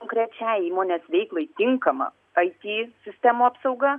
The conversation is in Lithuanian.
konkrečiai įmonės veiklai tinkama it sistemų apsauga